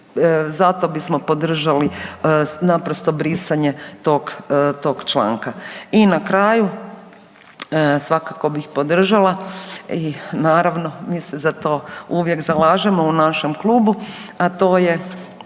zato bismo podržali naprosto brisanje tog, tog članka. I na kraju, svakako bih podržala i naravno mi se za to uvijek zalažemo u našem klubu, a to je